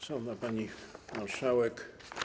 Szanowna Pani Marszałek!